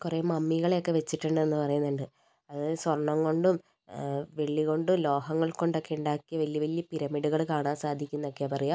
കുറേ മമ്മികളെയൊക്കെ വച്ചിട്ടുണ്ടെന്ന് പറയുന്നുണ്ട് അതായത് സ്വർണം കൊണ്ടും വെള്ളി കൊണ്ടും ലോഹങ്ങൾ കൊണ്ടൊക്കെ ഉണ്ടാക്കിയ വലിയ വലിയ പിരമിഡുകൾ കാണാൻ സാധിക്കും എന്നൊക്കെയാണ് പറയുക